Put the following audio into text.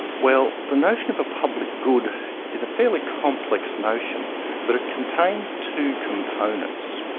well, the notion of a public good is a fairly complex notion but it contains two components.